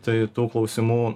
tai tų klausimų